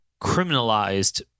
criminalized